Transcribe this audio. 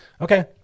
Okay